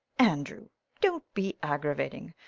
andrew don't be aggravating.